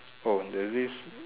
oh there's this